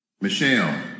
Michelle